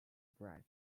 bribe